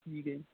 ਠੀਕ ਹੈ ਜੀ